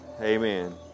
Amen